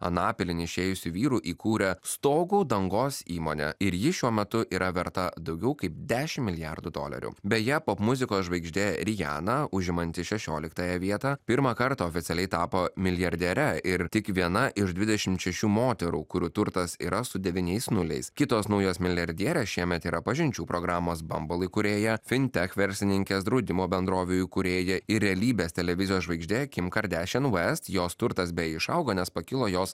anapilin išėjusiu vyru įkūrė stogų dangos įmonę ir ji šiuo metu yra verta daugiau kaip dešimt milijardų dolerių beje popmuzikos žvaigždė riana užimanti šešioliktąją vietą pirmą kartą oficialiai tapo milijardiere ir tik viena iš dvidešimt šešių moterų kurių turtas yra su devyniais nuliais kitos naujos milijardierės šiemet yra pažinčių programos bambal įkūrėja fintek verslininkės draudimo bendrovių įkūrėja ir realybės televizijos žvaigždė kim kardešin vest nuvesti jos turtas bei išaugo nes pakilo jos